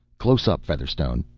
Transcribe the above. close up, featherstone!